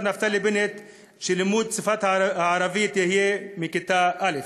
נפתלי בנט שלימוד השפה הערבית יהיה מכיתה א'.